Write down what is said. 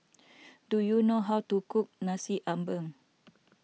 do you know how to cook Nasi Ambeng